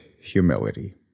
humility